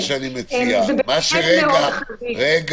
אני מציע, לפני